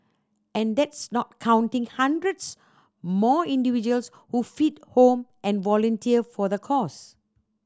and that's not counting hundreds more individuals who feed home and volunteer for the cause